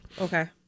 Okay